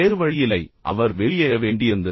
வேறு வழியில்லை அவர் வெளியேற வேண்டியிருந்தது